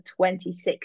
26